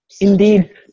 Indeed